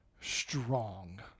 strong